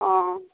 অঁ